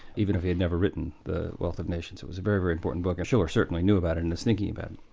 even if he had never written the wealth of nations, it was a very, very important book, and schiller certainly knew about it and thinking about it.